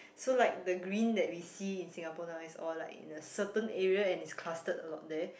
so like the green that we see in Singapore now is all like in a certain area and it's clustered a lot there